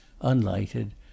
unlighted